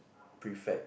prefect